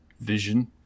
vision